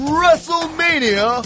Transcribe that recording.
WrestleMania